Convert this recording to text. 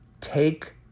take